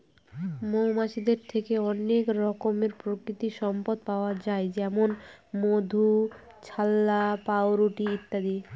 মৌমাছিদের থেকে অনেক রকমের প্রাকৃতিক সম্পদ পাওয়া যায় যেমন মধু, ছাল্লা, পাউরুটি ইত্যাদি